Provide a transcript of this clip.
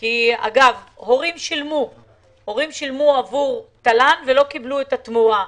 כי הורים שילמו עבור תל"ן ולא קבלו את התמורה.